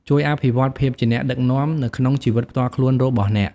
ជួយ អភិវឌ្ឍភាពជាអ្នកដឹកនាំ នៅក្នុងជីវិតផ្ទាល់ខ្លួនរបស់អ្នក។